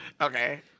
Okay